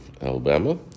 Alabama